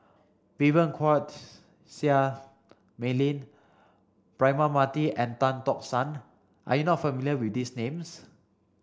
Vivien Quahe Seah Mei Lin Braema Mathi and Tan Tock San are you not familiar with these names